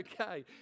okay